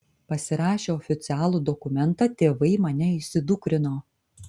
pasirašę oficialų dokumentą tėvai mane įsidukrino